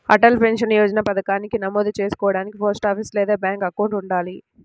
Atal pension Yojana పథకానికి నమోదు చేసుకోడానికి పోస్టాఫీస్ లేదా బ్యాంక్ అకౌంట్ ఉండాలి